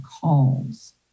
calls